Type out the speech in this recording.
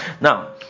now